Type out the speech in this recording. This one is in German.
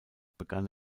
begann